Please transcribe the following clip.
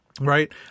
right